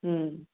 हँ